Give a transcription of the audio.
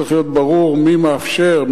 צריך להיות ברור מי מאפשר,